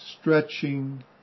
stretching